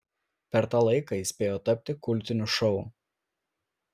per tą laiką jis spėjo tapti kultiniu šou